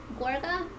Gorga